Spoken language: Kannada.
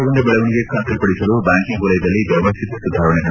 ಎಲ್ಲರನ್ನೊಳಗೊಂಡ ಬೆಳವಣಿಗೆ ಖಾತರಿಪಡಿಸಲು ಬ್ಲಾಂಕಿಂಗ್ ವಲಯದಲ್ಲಿ ವ್ಲವಸ್ಲಿತ ಸುಧಾರಣೆಗಳ